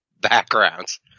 backgrounds